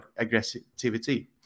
aggressivity